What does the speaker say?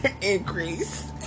increase